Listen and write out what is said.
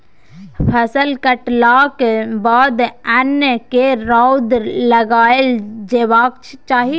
फसल कटलाक बाद अन्न केँ रौद लगाएल जेबाक चाही